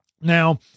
now